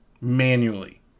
Manually